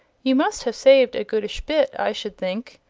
you must have saved a goodish bit, i should think.